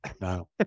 No